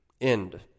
end